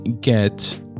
get